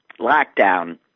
lockdown